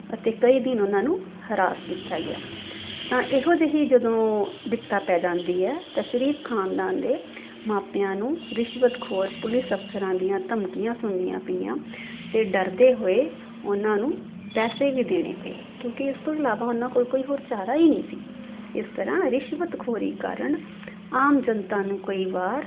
ਅਤੇ ਕਈ ਦਿਨ ਉਹਨਾਂ ਨੂੰ ਹਰਾਸ ਕੀਤਾ ਗਿਆ ਤਾਂ ਇਹੋ ਜਿਹੀ ਜਦੋਂ ਬਿਪਤਾ ਪੈ ਜਾਂਦੀ ਹੈ ਤਾਂ ਸ਼ਰੀਫ ਖਾਨਦਾਨ ਦੇ ਮਾਪਿਆਂ ਨੂੰ ਰਿਸ਼ਵਤਖੋਰ ਪੁਲਿਸ ਅਫ਼ਸਰਾਂ ਦੀਆਂ ਧਮਕੀਆਂ ਸੁਣਨੀਆਂ ਪਈਆਂ ਅਤੇ ਡਰਦੇ ਹੋਏ ਉਹਨਾਂ ਨੂੰ ਪੈਸੇ ਵੀ ਦੇਣੇ ਪਏ ਕਿਉਂਕਿ ਇਸ ਤੋਂ ਇਲਾਵਾ ਉਹਨਾਂ ਕੋਲ ਕੋਈ ਹੋਰ ਚਾਰਾ ਹੀ ਨਹੀਂ ਸੀ ਇਸ ਤਰ੍ਹਾਂ ਰਿਸ਼ਵਤਖੋਰੀ ਕਾਰਨ ਆਮ ਜਨਤਾ ਨੂੰ ਕਈ ਵਾਰ